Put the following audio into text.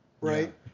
right